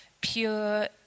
pure